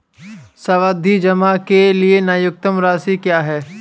सावधि जमा के लिए न्यूनतम राशि क्या है?